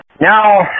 now